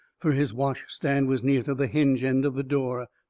fur his wash stand was near to the hinge end of the door.